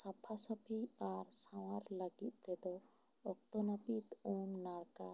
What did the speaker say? ᱥᱟᱯᱷᱟ ᱥᱟᱯᱷᱤ ᱟᱨ ᱥᱟᱶᱟᱨ ᱞᱟᱹᱜᱤᱫ ᱛᱮᱫᱚ ᱚᱠᱛᱚ ᱱᱟᱹᱯᱤᱛ ᱩᱢ ᱱᱟᱲᱠᱟ